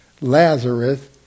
Lazarus